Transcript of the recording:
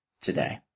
today